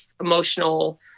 emotional